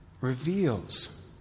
reveals